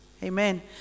Amen